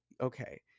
okay